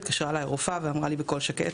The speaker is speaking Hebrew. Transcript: התקשרה אליי הרופאה ואמרה לי בקול שקט: